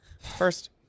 first